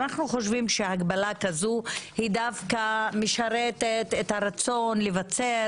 אנחנו חושבים שהגבלה כזו דווקא משרתת את הרצון לבצר